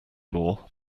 law